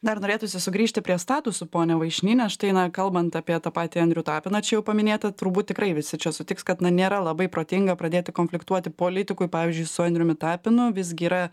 dar norėtųsi sugrįžti prie statusų pone vaišny nes štai na kalbant apie tą patį andrių tapiną čia jau paminėtą turbūt tikrai visi čia sutiks kad na nėra labai protinga pradėti konfliktuoti politikui pavyzdžiui su andriumi tapinu visgi yra